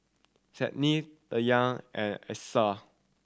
Senin Dayang and Alyssa